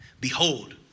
behold